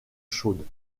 chaudes